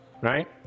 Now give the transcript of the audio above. right